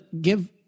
give